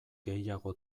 gehiago